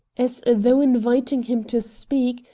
as though inviting him to speak,